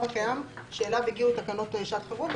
הקיים שאליו הגיעו תקנות שעת חירום.